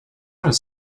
does